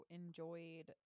enjoyed